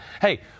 Hey